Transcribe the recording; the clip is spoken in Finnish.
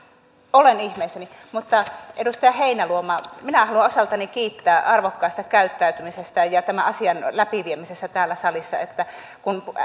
olen ihmeissäni mutta edustaja heinäluoma minä haluan osaltani kiittää arvokkaasta käyttäytymisestä ja tämän asian läpiviemisestä täällä salissa kun